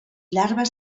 larves